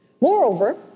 Moreover